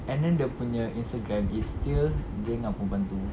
and then dia punya Instagram is still dia dengan perempuan tu